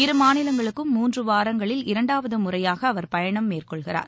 இரு மாநிலங்களுக்கும் மூன்று வாரங்களில் இரண்டாவது முறையாக அவர் பயணம் மேற்கொள்கிறார்